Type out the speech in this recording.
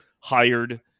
hired